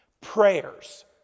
Prayers